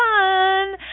fun